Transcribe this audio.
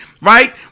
right